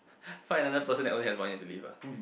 find another person that has only one year to live ah